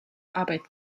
arbeit